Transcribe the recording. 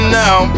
now